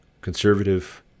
conservative